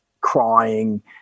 crying